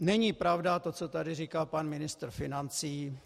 Není pravda to, co tady říkal pan ministr financí.